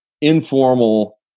informal